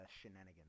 shenanigans